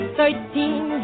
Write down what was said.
thirteen